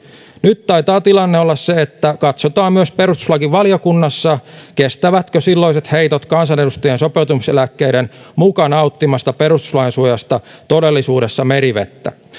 nyt taitaa tilanne olla se että katsotaan myös perustuslakivaliokunnassa kestävätkö silloiset heitot kansanedustajien sopeutumiseläkkeiden muka nauttimasta perustuslain suojasta todellisuudessa merivettä